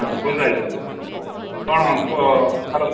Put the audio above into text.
ହଁ କୁହନ୍ତ ଆଜ୍ଞା କ'ଣ କୁଅ ହ୍ୟାଲୋ